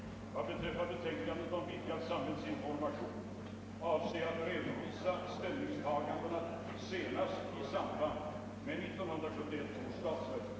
Vad beträffar betänkandet om vidgad samhällsinformation avser jag att redovisa mina ställningstaganden senast i samband med 1971 års statsverksproposition.